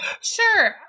Sure